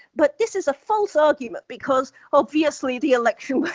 but this is a false argument, because obviously the election,